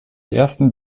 ersten